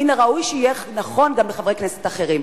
מן הראוי שיהיה נכון גם לחברי כנסת אחרים.